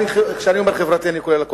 כשאני אומר "חברתי", אני כולל הכול.